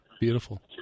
Beautiful